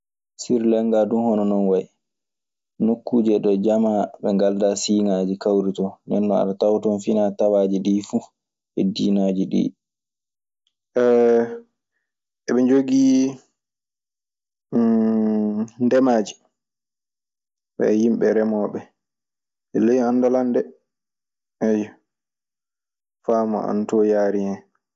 Siri Lankaa duu hono non wayi. Nokkuuje ɗo jamaa ɓe ngaldaa siiŋaaji kawri ton. Nden non aɗe tawa ton finaa tawaaji ɗii fu, e diinaaji ɗii. eɓe njogii ndemaaji. Ɓe yimɓe remooɓe, e ley anndal an de, ayo. Faamu an ton yaari hen.